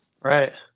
right